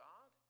God